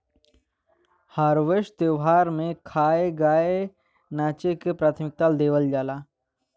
harvest त्यौहार में खाए, गाए नाचे के प्राथमिकता देवल जाला